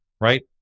right